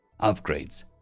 Upgrades